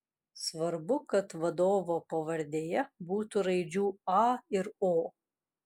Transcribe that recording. svarbu kad vadovo pavardėje būtų raidžių a ir o